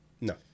No